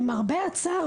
למרבה הצער,